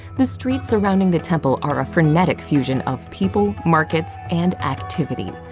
the streets surrounding the temple are a frenetic fusion of people, markets and activity.